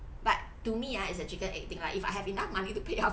but to me ah it's a chicken egg thing lah if I have enough money to pay up